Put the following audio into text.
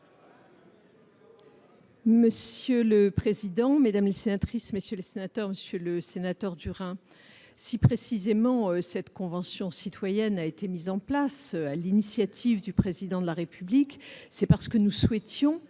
Monsieur le président, mesdames, messieurs les sénateurs, monsieur le sénateur Durain, si cette Convention citoyenne a été mise en place, sur l'initiative du Président de la République, c'est parce que nous souhaitions